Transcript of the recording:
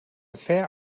fair